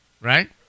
right